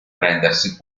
prendersi